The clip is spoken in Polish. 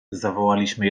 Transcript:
zawołaliśmy